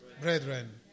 brethren